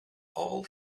all